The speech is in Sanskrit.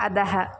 अधः